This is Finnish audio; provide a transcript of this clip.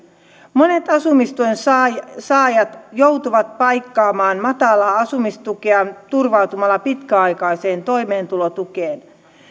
monet asumistuen saajat saajat joutuvat paikkaamaan matalaa asumistukeaan turvautumalla pitkäaikaiseen toimeentulotukeen